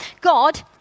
God